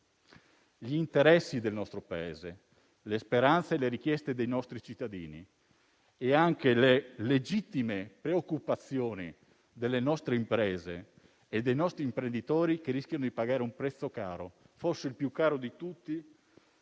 gli interessi del nostro Paese, le speranze, le richieste dei nostri cittadini e anche le legittime preoccupazioni delle nostre imprese e dei nostri imprenditori, che rischiano di pagare un prezzo caro, forse il più caro di tutti,